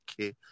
okay